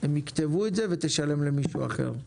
הם יכתבו את זה ותשלם למישהו אחר,